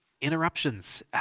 Interruptions